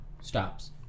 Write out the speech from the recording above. stops